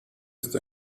ist